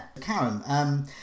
Karen